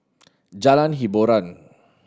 Jalan Hiboran